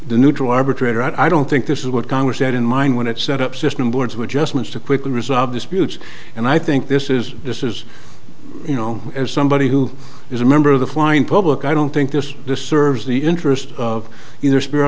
the neutral arbitrator i don't think this is what congress had in mind when it set up system boards who just wants to quickly resolve disputes and i think this is this is you know as somebody who is a member of the flying public i don't think this this serves the interest of either sp